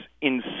insane